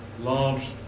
Large